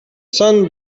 sun